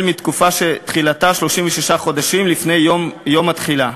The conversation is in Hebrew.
מתקופה שתחילתה 36 חודשים לפני יום התחילה.